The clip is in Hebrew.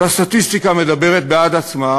אבל הסטטיסטיקה מדברת בעד עצמה,